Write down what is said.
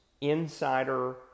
insider